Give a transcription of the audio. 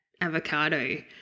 avocado